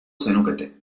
zenukete